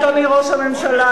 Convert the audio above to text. אדוני ראש הממשלה,